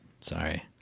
sorry